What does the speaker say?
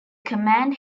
command